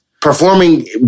performing